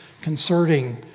concerning